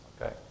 Okay